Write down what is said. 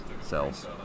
cells